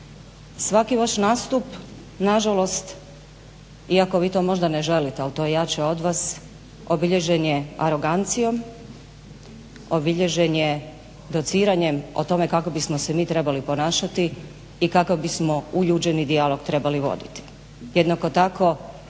Svaki vaš nastup na žalost, iako vi to možda ne želite, ali to je jače od vas obilježen je arogancijom, obilježen je dociranjem o tome kako bismo se mi trebali ponašati i kako bismo uljuđen dijalog trebali voditi.